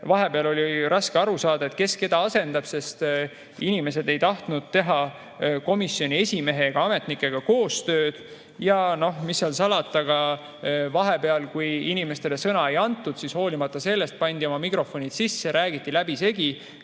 Vahepeal oli raske aru saada, kes keda asendab, sest inimesed ei tahtnud komisjoni esimehega ja ametnikega koostööd teha. Ja mis seal salata, vahepeal, kui inimestele sõna ei antud, pandi sellest hoolimata oma mikrofonid sisse, räägiti läbisegi.